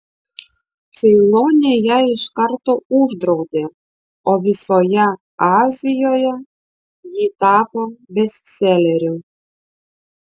ceilone ją iš karto uždraudė o visoje azijoje ji tapo bestseleriu